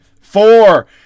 Four